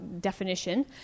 definition